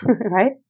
right